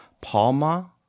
Palma